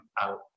out